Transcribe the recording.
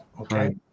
Okay